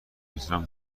میتونم